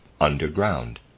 underground